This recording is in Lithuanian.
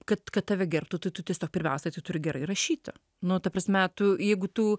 kad kad tave gerbtų tu tu tiesiog pirmiausia turi gerai rašyti nu ta prasme tu jeigu tu